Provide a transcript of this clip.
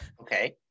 Okay